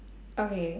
okay